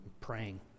praying